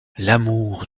l’amour